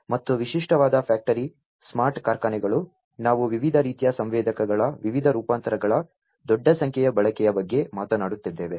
ಮತ್ತು ವಿಶಿಷ್ಟವಾದ factory smart ಕಾರ್ಖಾನೆಗಳಲ್ಲಿ ನಾವು ವಿವಿಧ ರೀತಿಯ ಸಂವೇದಕಗಳ ವಿವಿಧ ರೂಪಾಂತರಗಳ ದೊಡ್ಡ ಸಂಖ್ಯೆಯ ಬಳಕೆಯ ಬಗ್ಗೆ ಮಾತನಾಡುತ್ತಿದ್ದೇವೆ